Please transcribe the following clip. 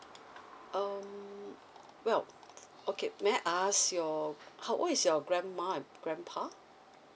um well okay may I ask your how old is your grandma and grandpa